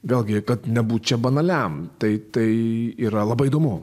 vėlgi kad nebūt čia banaliam tai tai yra labai įdomu